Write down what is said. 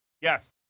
Yes